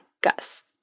Gus